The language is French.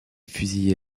fusillé